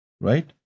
right